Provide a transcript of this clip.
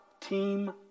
team